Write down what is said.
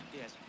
Yes